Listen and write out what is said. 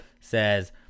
says